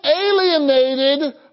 alienated